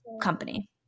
company